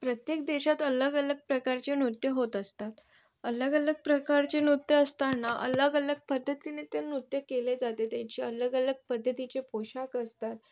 प्रत्येक देशात अलगअलग प्रकारचे नृत्य होत असतात अलगअलग प्रकारचे नृत्य असताना अलगअलग पद्धतीने ते नृत्य केले जाते त्यांचे अलगअलग पद्धतीचे पोषाख असतात